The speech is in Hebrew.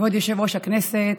כבוד יושב-ראש הכנסת,